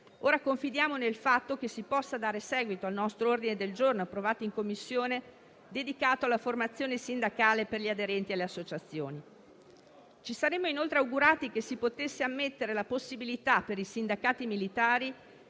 Ora confidiamo nel fatto che si possa dare seguito al nostro ordine del giorno approvato in Commissione dedicato alla formazione sindacale per gli aderenti alle associazioni. Ci saremmo inoltre augurati che si potesse ammettere la possibilità per i sindacati militari